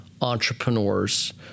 entrepreneurs